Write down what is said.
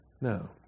No